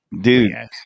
dude